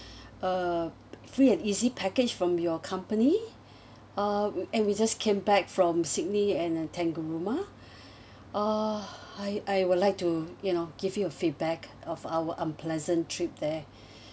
a free and easy package from your company uh and we just came back from sydney and the tangalooma uh I I would like to you know give you a feedback of our unpleasant trip there